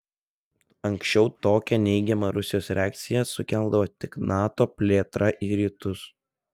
anksčiau tokią neigiamą rusijos reakciją sukeldavo tik nato plėtra į rytus